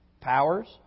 powers